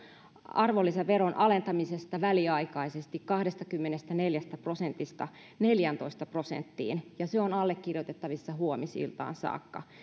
arvonlisäveron alentamisesta väliaikaisesti kahdestakymmenestäneljästä prosentista neljääntoista prosenttiin ja se on allekirjoitettavissa huomisiltaan saakka